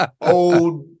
old